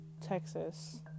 Texas